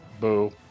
Boo